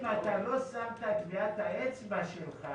אם אתה לא שמת את טביעת האצבע לך,